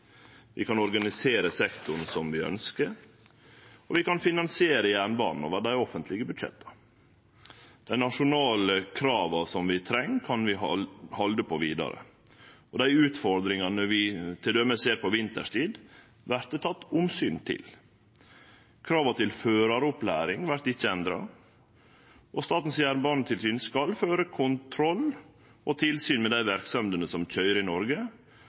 Vi kan organisere sektoren som vi ønskjer, og vi kan finansiere jernbanen over dei offentlege budsjetta. Dei nasjonale krava som vi treng, kan vi halde på vidare, og dei utfordringane vi t.d. ser på vinterstid, vert det teke omsyn til. Krava til føraropplæring vert ikkje endra. Statens jernbanetilsyn skal føre tilsyn og kontroll med dei verksemdene som køyrer i Noreg,